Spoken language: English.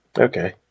Okay